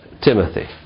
Timothy